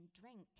drink